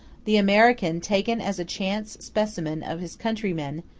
the american, taken as a chance specimen of his countrymen,